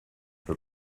that